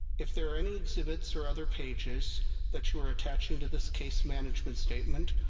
if there are any exhibits or other pages that you are attaching to this case management statement,